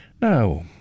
Now